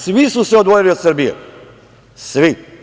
Svi su se odvojili od Srbije, svi.